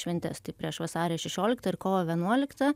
šventes tai prieš vasario šešioliktą ir kovo vienuoliktą